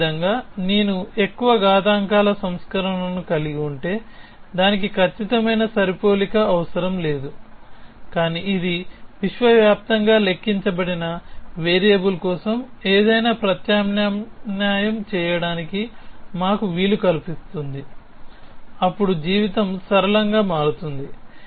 ఏదో ఒకవిధంగా నేను ఎక్కువ ఘాతాంకాల సంస్కరణను కలిగి ఉంటే దానికి ఖచ్చితమైన సరిపోలిక అవసరం లేదు కానీ ఇది విశ్వవ్యాప్తంగా లెక్కించబడిన వేరియబుల్ కోసం ఏదైనా ప్రత్యామ్నాయం చేయడానికి మాకు వీలు కల్పిస్తుంది అప్పుడు జీవితం సరళంగా మారుతుంది